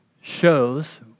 shows